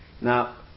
Now